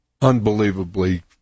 unbelievably